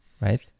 right